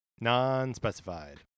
Non-specified